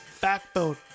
backbone